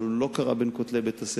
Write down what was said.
אבל הוא לא קרה בין כותלי בית-הספר.